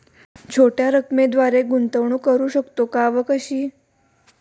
छोट्या रकमेद्वारे गुंतवणूक करू शकतो का व कशी?